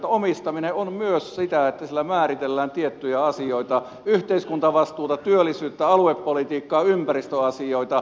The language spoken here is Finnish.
omistaminen on myös sitä että sillä määritellään tiettyjä asioita yhteiskuntavastuuta työllisyyttä aluepolitiikkaa ympäristöasioita